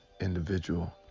individual